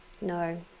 no